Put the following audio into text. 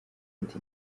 ati